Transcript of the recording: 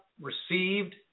received